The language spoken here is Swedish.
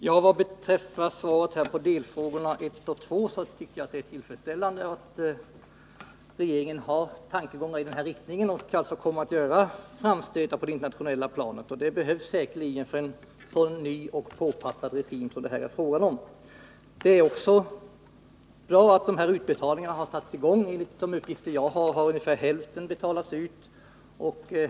Herr talman! Beträffande svaret på delfrågorna ett och två tycker jag att det är tillfredsställande att regeringen har tankar som går i den här riktningen och att regeringen alltså kommer att göra framstötar på det internationella planet. Det behövs säkerligen, eftersom det rör sig om en så ny och påpassad regim. Det är också bra att de här utbetalningarna har satts i gång. Enligt uppgifter som jag har fått har ungefär hälften betalats ut.